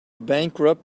bankrupt